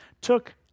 took